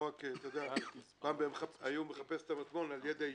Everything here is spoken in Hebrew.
יש עניין של ידע אישי.